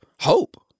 hope